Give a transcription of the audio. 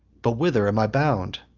but whither am i bound?